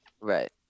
right